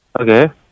Okay